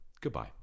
Goodbye